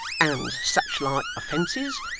and such like offences,